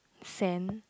sand